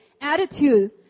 attitude